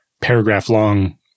paragraph-long